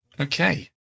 Okay